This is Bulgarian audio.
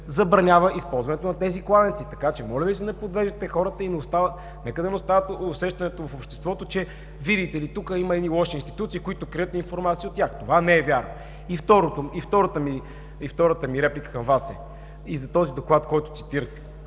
забранява използването на тези кладенци. Така че, моля Ви, не подвеждайте хората и нека да не остава усещането в обществото, че, видите ли, тук има едни лоши институции, които крият информация от тях. Това не е вярно. Втората ми реплика към Вас е и за този Доклад, който цитирате,